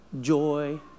joy